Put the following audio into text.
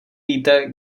víte